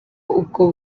ubwo